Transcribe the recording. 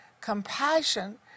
compassion